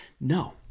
No